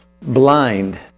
blind